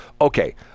okay